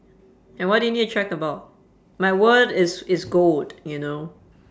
and what do you need to check about my word is is gold you know